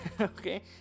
okay